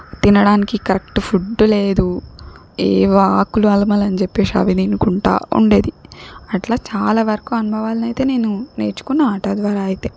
తినడానికి correct food లేదు ఏవో ఆకులు అలమలన్ జెప్పేషి అవి దినుకుంటా ఉండేది అట్లా చాలా వరకు అనుభవాలనైతే నేను నేర్చుకున్నా ఆట ద్వారా అయితే